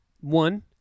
one